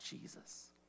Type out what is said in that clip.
Jesus